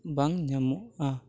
ᱵᱟᱝ ᱧᱟᱢᱚᱜᱼᱟ